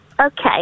Okay